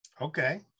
Okay